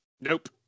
Nope